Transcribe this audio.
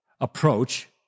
approach